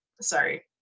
Sorry